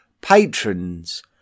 patrons